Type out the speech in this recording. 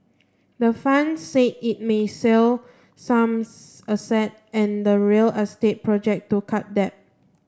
the fund said it may sell some assets and real estate project to cut debt